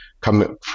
come